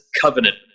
covenant